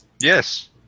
Yes